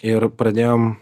ir pradėjom